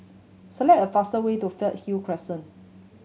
select a faster way to Fernhill Crescent